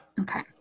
Okay